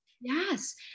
yes